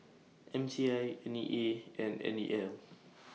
M T I N E A and N E L